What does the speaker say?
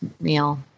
meal